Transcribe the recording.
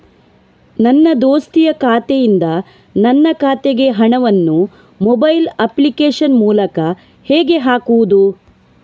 ನನ್ನ ದೋಸ್ತಿಯ ಖಾತೆಯಿಂದ ನನ್ನ ಖಾತೆಗೆ ಹಣವನ್ನು ಮೊಬೈಲ್ ಅಪ್ಲಿಕೇಶನ್ ಮೂಲಕ ಹೇಗೆ ಹಾಕುವುದು?